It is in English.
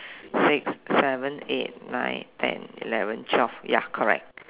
six seven eight nine ten eleven twelve ya correct